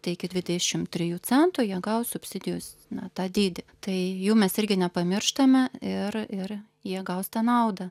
tai iki dvidešim trijų centų jie gaus subsidijos na tą dydį tai jų mes irgi nepamirštame ir ir jie gaus tą naudą